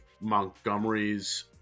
Montgomery's